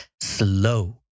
slow